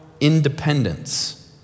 independence